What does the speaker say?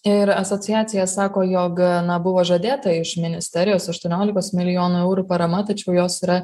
ir asociacija sako jog na buvo žadėta iš ministerijos aštuoniolikos milijonų eurų parama tačiau jos yra